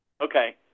okay